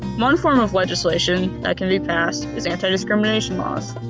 one form of legislation that can be passed is anti discrimination laws.